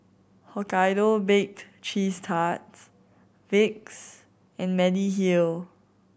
Hokkaido Bake Cheese Tarts Vicks and Mediheal